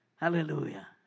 Hallelujah